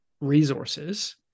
resources